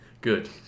Good